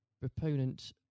proponent